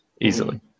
easily